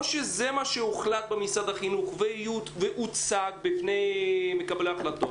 או שזה מה שהוחלט במשרד החינוך והוצג בפני מקבלי ההחלטות,